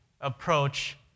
approach